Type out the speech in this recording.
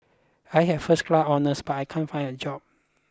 I have first class honours but I can't find a job